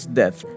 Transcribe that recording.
death